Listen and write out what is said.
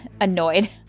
annoyed